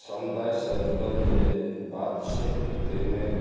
समुदायसँ जुड़ल जे बात छै ताहिमे